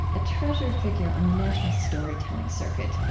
a treasured figure on the national storytelling circuit,